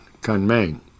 Kunming